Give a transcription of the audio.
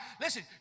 listen